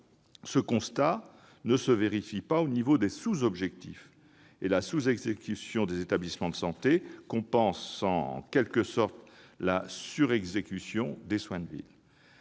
ce constat ne se vérifie pas au niveau des sous-objectifs, la sous-exécution des établissements de santé compensant, en quelque sorte, la surexécution des soins de ville.